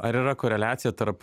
ar yra koreliacija tarp